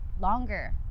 longer